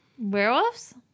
Werewolves